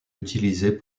utilisées